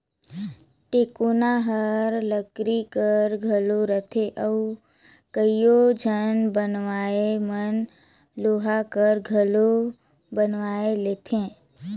टेकोना हर लकरी कर घलो रहथे अउ कइयो झन बनवइया मन लोहा कर घलो बनवाए लेथे